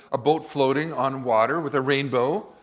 a boat floating on water, with a rainbow,